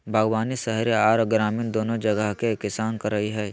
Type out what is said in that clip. बागवानी शहरी आर ग्रामीण दोनो जगह के किसान करई हई,